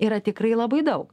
yra tikrai labai daug